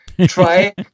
try